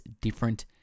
different